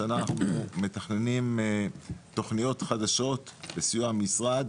השנה אנחנו מתכננים תוכניות חדשות בסיוע המשרד